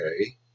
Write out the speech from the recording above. Okay